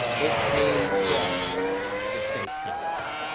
it came from the state capitol.